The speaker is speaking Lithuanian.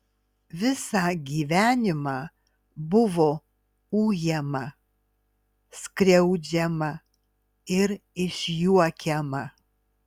visą gyvenimą buvo ujama skriaudžiama ir išjuokiama